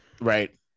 right